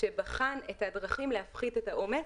שבחן את הדרכים להפחית את העומס.